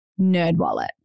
Nerdwallet